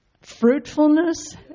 fruitfulness